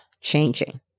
changing